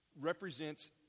represents